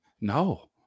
no